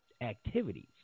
activities